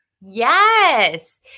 Yes